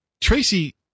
Tracy